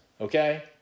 okay